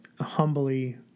humbly